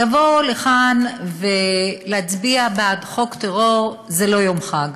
לבוא לכאן ולהצביע בעד חוק טרור זה לא יום חג.